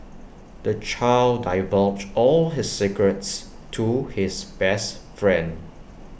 the child divulged all his secrets to his best friend